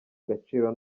agaciro